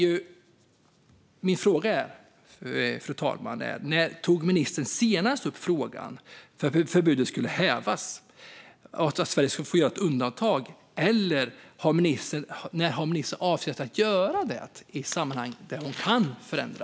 Jag undrar: När tog ministern senast upp frågan om huruvida förbudet skulle kunna hävas och att Sverige skulle kunna få göra ett undantag? Eller har ministern för avsikt att göra detta i ett sammanhang där hon kan förändra?